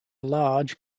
large